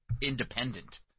independent